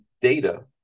data